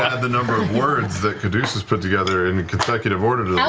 ah the number of words that caduceus put together in consecutive order to yeah